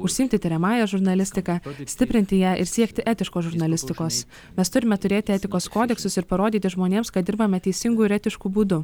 užsiimti tiriamąja žurnalistika stiprinti ją ir siekti etiškos žurnalistikos mes turime turėti etikos kodeksus ir parodyti žmonėms kad dirbame teisingu ir etišku būdu